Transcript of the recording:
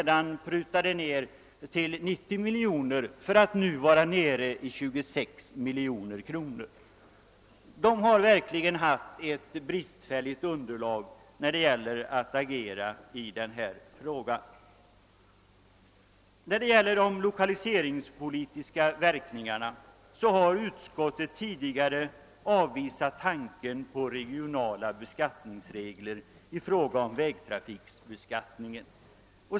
Den prutades sedan till 90 miljoner, för att nu vara nere i 26 miljoner kronor. Reservanterna har verkligen haft ett bristfälligt underlag för sitt agerande i denna fråga! Vad beträffar de lokaliseringspolitiska verkningarna har utskottet tidigare avvisat tanken på regionala beskattningsregler för vägtrafiken.